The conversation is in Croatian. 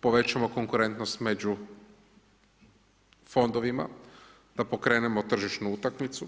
povećamo konkurentnost među fondovima, da pokrenemo tržišnu utakmicu.